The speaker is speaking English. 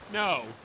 No